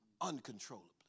uncontrollably